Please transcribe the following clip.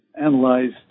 analyzed